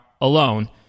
alone –